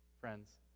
Friends